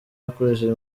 akoresheje